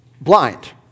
blind